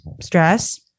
stress